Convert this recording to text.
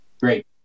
great